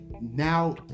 Now